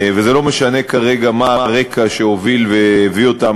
וזה לא משנה כרגע מה הרקע שהוביל והביא אותם